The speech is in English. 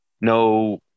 no